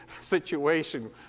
situation